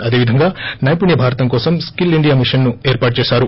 అదేవిధంగా నైపుణ్య భారతం కోసం స్కిల్ ఇండియా మిషన్ నుోఏర్పాటు చేశారు